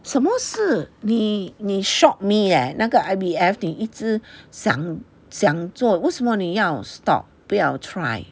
什么事你你 shock me leh 那个 I_V_F 你一直想想做为什么你要 stop 不要 try